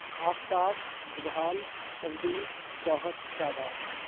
Aftab Subhan Fardeen Johar Shadan